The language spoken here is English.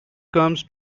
comes